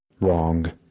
Wrong